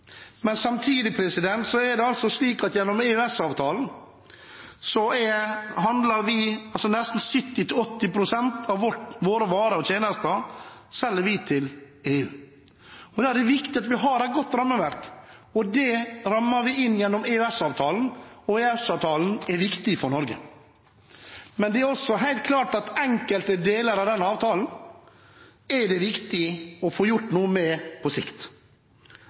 Samtidig er det slik at nesten 70–80 pst. av våre varer og tjenester selger vi til EU. Da er det viktig at vi har et godt rammeverk, og det rammer vi inn gjennom EØS-avtalen. EØS-avtalen er viktig for Norge, men det er også helt klart at enkelte deler av denne avtalen er det viktig å få gjort noe med på sikt.